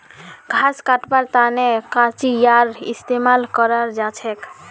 घास कटवार तने कचीयार इस्तेमाल कराल जाछेक